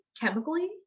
chemically